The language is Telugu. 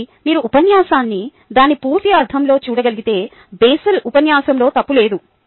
కాబట్టి మీరు ఉపన్యాసాన్ని దాని పూర్తి అర్థంలో చూడగలిగితే బేసల్ ఉపన్యాసంలో తప్పు లేదు